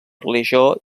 religió